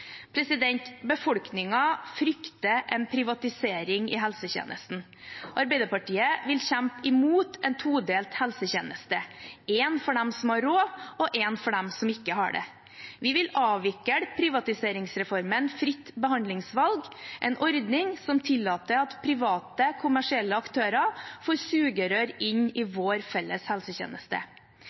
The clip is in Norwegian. frykter en privatisering i helsetjenesten. Arbeiderpartiet vil kjempe imot en todelt helsetjeneste – en for dem som har råd, og en for dem som ikke har det. Vi vil avvikle privatiseringsreformen fritt behandlingsvalg, en ordning som tillater at private, kommersielle aktører får sugerør inn i vår felles helsetjeneste.